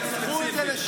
תדחו את זה בשנה.